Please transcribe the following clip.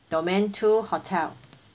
domain two hotel